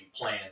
plan